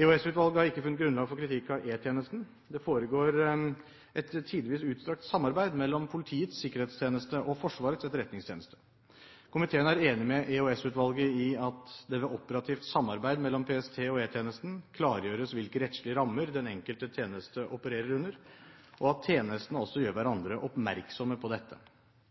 EOS-utvalget har ikke funnet grunnlag for kritikk av E-tjenesten. Det foregår et tidvis utstrakt samarbeid mellom Politiets sikkerhetstjeneste og Forsvarets etterretningstjeneste. Komiteen er enig med EOS-utvalget i at det ved operativt samarbeid mellom PST og E-tjenesten klargjøres hvilke rettslige rammer den enkelte tjeneste opererer under, og at tjenestene også gjør hverandre oppmerksomme på dette.